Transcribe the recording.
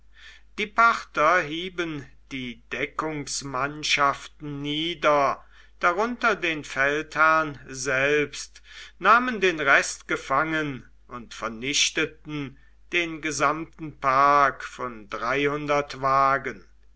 die parther hieben die deckungsmannschaft nieder darunter den feldherrn selbst nahmen den rest gefangen und vernichteten den gesamten park von wagen